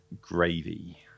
gravy